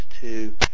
two